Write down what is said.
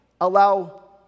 allow